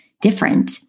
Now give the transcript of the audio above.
different